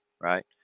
right